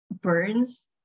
burns